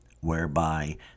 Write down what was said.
whereby